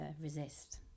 resist